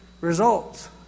results